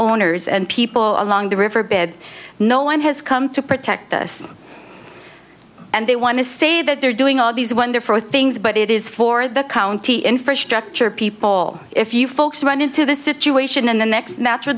owners and people along the river bed no one has come to protect us and they want to say that they're doing all these wonderful things but it is for the county infrastructure people if you folks run into this situation in the next natural